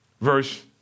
verse